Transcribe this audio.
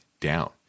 down